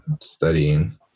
studying